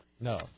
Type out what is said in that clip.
No